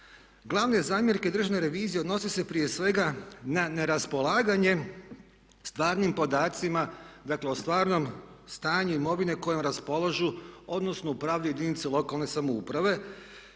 Glavne zamjerke Državne revizije odnose se prije svega na neraspolaganje stvarnim podacima, dakle o stvarnom stanju imovine kojom raspolažu odnosno upravljaju jedinice lokalne samouprave.